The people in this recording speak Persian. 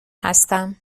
هستم